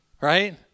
right